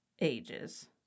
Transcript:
Ages